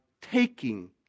taking